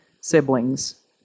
siblings